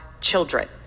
children